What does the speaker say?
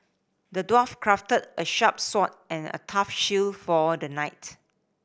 the dwarf crafted a sharp sword and a tough shield for the knight